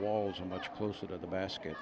walls and much closer to the basket